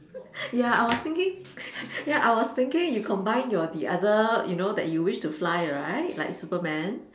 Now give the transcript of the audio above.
ya I was thinking ya I was thinking you combine your the other you know that you wish to fly right like Superman